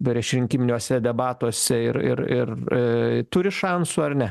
priešrinkiminiuose debatuose ir ir ir e turi šansų ar ne